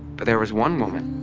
but there was one woman,